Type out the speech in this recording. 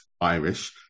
Irish